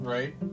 Right